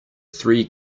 three